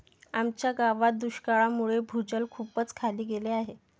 आमच्या गावात दुष्काळामुळे भूजल खूपच खाली गेले आहे